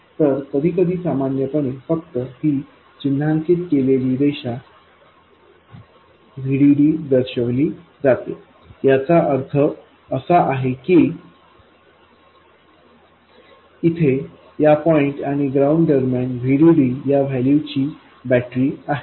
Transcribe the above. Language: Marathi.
तर कधीकधी सामान्यपणे फक्त ही चिन्हांकित केलेली रेषा VDD दर्शविली जाते याचा अर्थ असा की इथे या पॉईंट आणि ग्राउंड दरम्यान VDD या व्हॅल्यू ची बॅटरी आहे